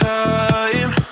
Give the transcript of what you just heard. time